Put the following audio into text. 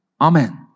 Amen